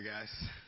guys